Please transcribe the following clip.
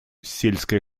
сельское